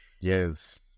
Yes